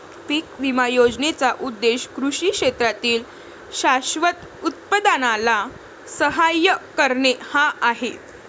पीक विमा योजनेचा उद्देश कृषी क्षेत्रातील शाश्वत उत्पादनाला सहाय्य करणे हा आहे